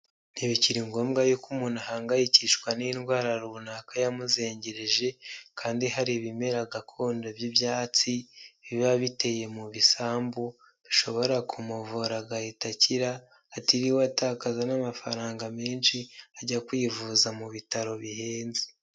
Ntibikiri ngombwa y'uko umuntu ahangayikishwa n'indwara runaka yamuzengereje kandi hari ibimera gakondo by'ibyatsi biba biteye mu bisambu, bishobora kumuvura agahita akira atiriwe atakaza n'amafaranga menshi ajya kwivuza mu bitaro bihenze.